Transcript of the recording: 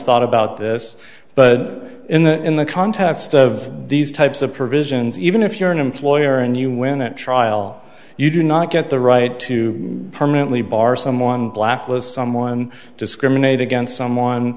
thought about this but in the context of these types of provisions even if you're an employer and you win a trial you do not get the right to permanently bar someone blacklist someone discriminate against someone